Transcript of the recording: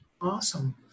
Awesome